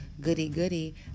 goody-goody